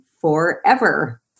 forever